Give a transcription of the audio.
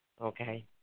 okay